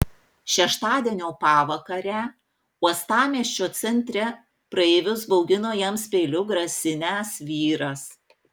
šeštadienio pavakarę uostamiesčio centre praeivius baugino jiems peiliu grasinęs vyras